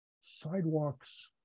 Sidewalks